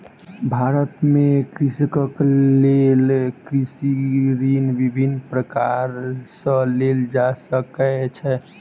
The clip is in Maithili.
भारत में कृषकक लेल कृषि ऋण विभिन्न प्रकार सॅ लेल जा सकै छै